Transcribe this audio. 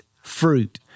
fruit